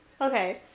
Okay